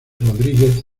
rodríguez